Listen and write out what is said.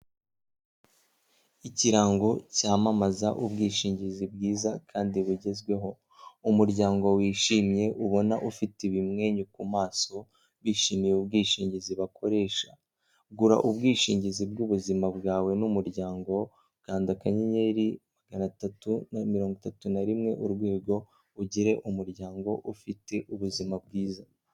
Ikirango cyamamaza ubwishingizi bwiza kandi bugezweho, umuryango wishimye ubona ufite ibimwenyu ku maso, bishimiye ubwishingizi bakoresha gura ubwishingizi bw'ubuzima bwawe n'umuryango, kanda akanyenyeri magana atatu na mirongo itatu na rimwe, urwego ugire umuryango ufite ubuzima bwiza.